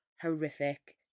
horrific